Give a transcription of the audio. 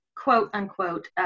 quote-unquote